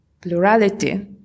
plurality